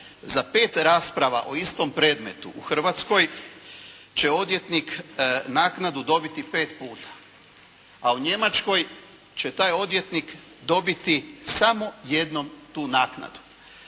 za pet rasprava o istom predmetu u Hrvatskoj će odvjetnik naknadu dobiti pet puta. A u Njemačkoj će taj odvjetnik dobiti samo jednom tu naknadu,